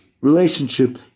relationship